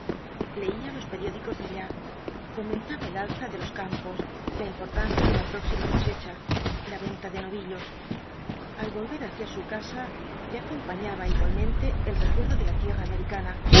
leía los periódicos de allá comentaba el alza de los campos la importancia de la próxima cosecha la venta de novillos al volver hacia su casa le acompañaba igualmente el recuerdo de la tierra americana